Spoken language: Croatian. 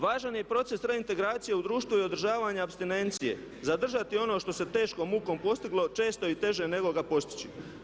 Važan je i proces reintegracije u društvu i održavanja apstinencije, zadržati ono što se teškom mukom postiglo često je i teže nego ga postići.